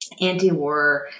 anti-war